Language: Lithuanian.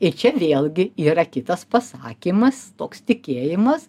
ir čia vėlgi yra kitas pasakymas toks tikėjimas